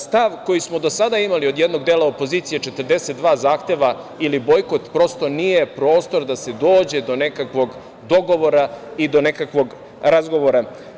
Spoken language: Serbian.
Stav koji smo do sada imali od jednog dela opozicije, 42 zahteva ili bojkot, prosto, nije prostor da se dođe do nekakvog dogovora i do nekakvog razgovora.